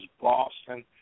Boston